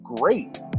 great